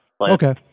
Okay